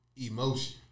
emotion